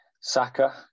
Saka